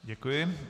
Děkuji.